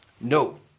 No